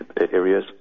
areas